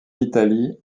italie